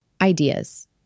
Ideas